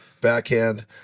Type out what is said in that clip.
backhand